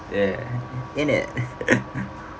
ya ain't it